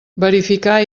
verificar